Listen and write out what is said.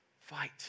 Fight